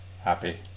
happy